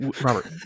Robert